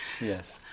Yes